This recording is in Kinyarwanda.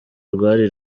rwari